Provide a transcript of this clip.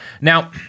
Now